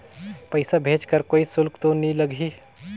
पइसा भेज कर कोई शुल्क तो नी लगही?